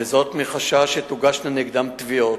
מחשש שתוגשנה נגדם תביעות,